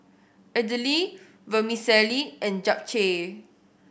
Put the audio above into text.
Idili Vermicelli and Japchae